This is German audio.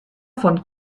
von